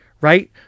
right